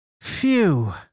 Phew